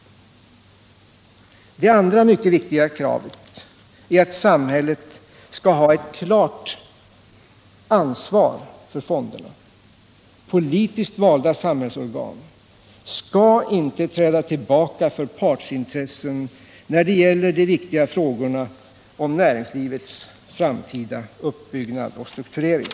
Det andra mycket viktiga kravet är att samhället skall ha ett klart ansvar för fonderna. Politiskt valda samhällsorgan skall inte träda tillbaka för partsintressen, när det gäller de viktiga frågorna om näringslivets framtida uppbyggnad och strukturering.